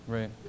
Right